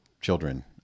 children